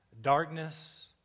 darkness